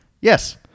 Yes